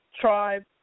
tribe